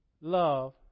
love